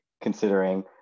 considering